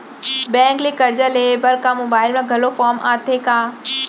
Bank ले करजा लेहे बर का मोबाइल म घलो फार्म आथे का?